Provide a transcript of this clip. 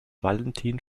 valentin